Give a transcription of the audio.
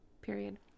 period